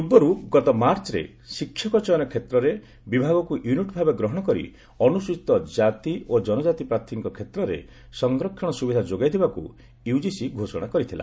ପୂର୍ବରୁ ଗତ ମାର୍ଚ୍ଚରେ ଶିକ୍ଷକ ଚୟନ କ୍ଷେତ୍ରରେ ବିଭାଗକୁ ୟୁନିଟ୍ ଭାବେ ଗ୍ରହଣ କରି ଅନୁସୂଚୀତ କାତି ଓ ଜନଜାତି ପ୍ରାର୍ଥୀଙ୍କ କ୍ଷେତ୍ରରେ ସଂରକ୍ଷଣ ସୁବିଧା ଯୋଗାଇ ଦେବାକୁ ୟୁକିସି ଘୋଷଣା କରିଥିଲା